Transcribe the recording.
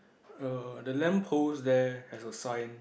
err the lamp post there has a sign